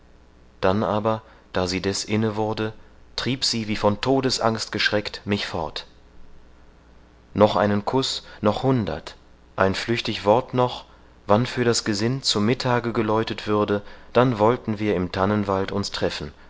dann aber da sie deß inne wurde trieb sie wie von todesangst geschreckt mich fort noch einen kuß noch hundert ein flüchtig wort noch wann für das gesind zu mittage geläutet würde dann wollten wir im tannenwald uns treffen